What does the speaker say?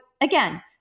again